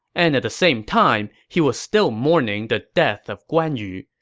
and at the same time, he was still mourning the death of guan yu.